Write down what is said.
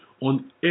on